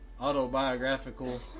autobiographical